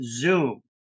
zoom